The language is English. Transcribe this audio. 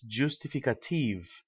justificative